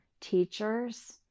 teachers